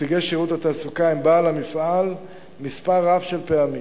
ונציגי שירות התעסוקה עם בעל המפעל מספר רב של פעמים,